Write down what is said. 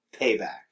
payback